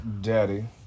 daddy